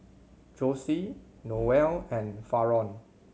Jossie Noel and Faron